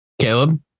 Caleb